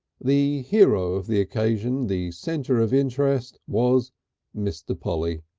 the hero of the occasion, the centre of interest, was mr. polly.